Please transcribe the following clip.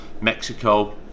Mexico